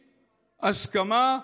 הסכמה.